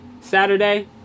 Saturday